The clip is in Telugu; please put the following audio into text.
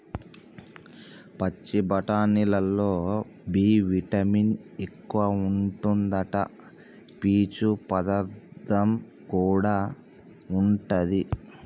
పచ్చి బఠానీలల్లో బి విటమిన్ ఎక్కువుంటాదట, పీచు పదార్థం కూడా ఉంటది